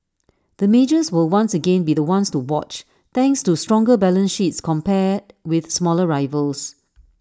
the majors will once again be the ones to watch thanks to stronger balance sheets compared with smaller rivals